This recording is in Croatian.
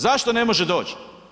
Zašto ne može doći?